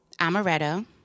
amaretto